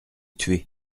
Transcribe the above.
tué